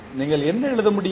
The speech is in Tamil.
நீங்கள் என்ன எழுத முடியும்